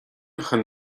chun